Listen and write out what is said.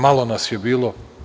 Malo nas je bilo.